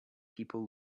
people